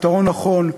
פתרון נכון,